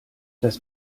das